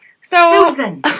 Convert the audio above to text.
Susan